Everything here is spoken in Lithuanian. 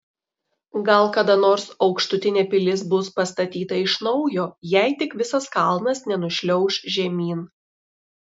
gal kada nors aukštutinė pilis bus pastatyta iš naujo jei tik visas kalnas nenušliauš žemyn